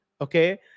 okay